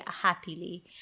happily